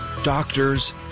doctors